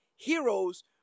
heroes